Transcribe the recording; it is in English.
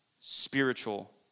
spiritual